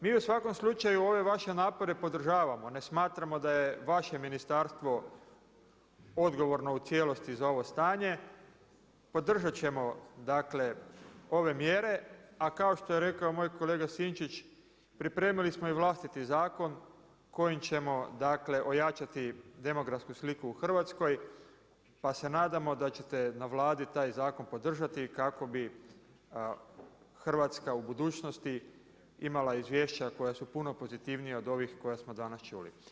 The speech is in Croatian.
Mi u svakom slučaju ove vaše napore podržavamo, ne smatramo da je vaš ministarstvo odgovorno Podržat ćemo, dakle ove mjere, a kao što je rekao moj kolega Sinčić pripremili smo i vlastiti zakon kojim ćemo, dakle ojačati demografsku sliku Hrvatskoj pa se nadamo da ćete na Vladi taj zakon podržati kako bi Hrvatska u budućnosti imala izvješća koja su puno pozitivnija od ovih koja smo danas čuli.